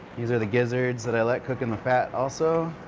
these are the gizzards that i let cook in the fat also.